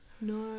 no